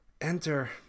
enter